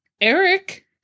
Eric